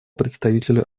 представителю